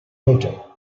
later